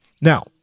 Now